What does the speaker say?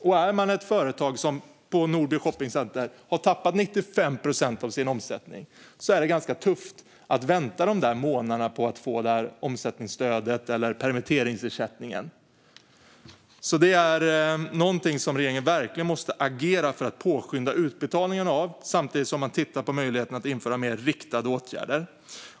Om man är ett företag som Nordby Shoppingcenter och har tappat 95 procent av sin omsättning är det ganska tufft att vänta de där månaderna på att få omsättningsstödet eller permitteringsersättningen. Regeringen måste verkligen agera för att påskynda dessa utbetalningar och samtidigt titta på möjligheten att införa mer riktade åtgärder.